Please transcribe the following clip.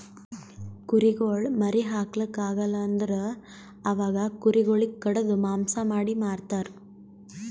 ಕುರಿಗೊಳ್ ಮರಿ ಹಾಕ್ಲಾಕ್ ಆಗಲ್ ಅಂದುರ್ ಅವಾಗ ಕುರಿ ಗೊಳಿಗ್ ಕಡಿದು ಮಾಂಸ ಮಾಡಿ ಮಾರ್ತರ್